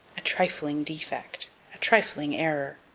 a trifling defect a trifling error.